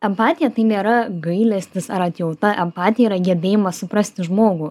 empatija tai nėra gailestis ar atjauta empatija yra gebėjimas suprasti žmogų